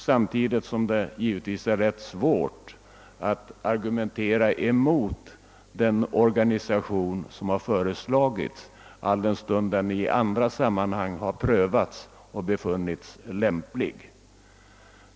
Man har också svårt att argumentera mot den organisation som har föreslagits, alldenstund den i andra sammanhang har prövats och befunnits lämplig.